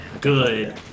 good